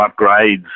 upgrades